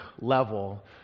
level